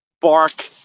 bark